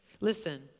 Listen